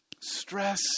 stress